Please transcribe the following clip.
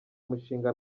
umushinga